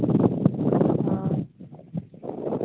ᱚᱸᱻ